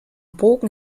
bogen